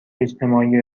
اجتماعی